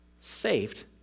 saved